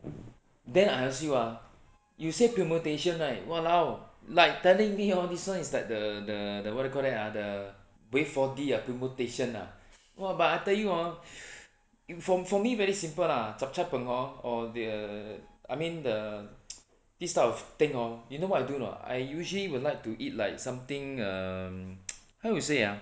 then I ask you ah you say permutation right !walao! like telling me hor this [one] is like the the the what do you call that ah the ah permutation ah !wah! but I tell you hor for for me very simple lah zhup cai png hor or the I mean the this type of thing hor you know what I do or not I usually would like to eat something err how you say ah